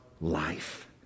life